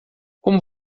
como